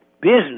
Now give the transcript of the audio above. business